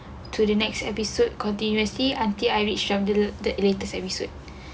to the next episode continuously until I reach the latest episode